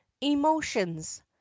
emotions